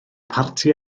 parti